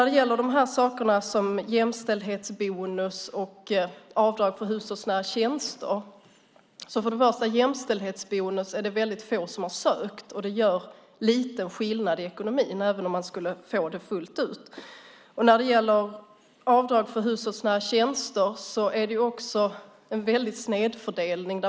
Det är få som har sökt jämställdhetsbonus och den gör en liten skillnad i ekonomin även om man får det fullt ut. När det gäller avdrag för hushållsnära tjänster är det också en stor snedfördelning.